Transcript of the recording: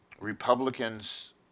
Republicans